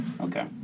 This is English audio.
Okay